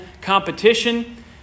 competition